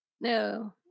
No